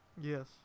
Yes